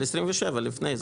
הסתייגות על סעיף 27 לפני זה.